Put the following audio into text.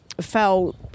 fell